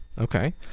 Okay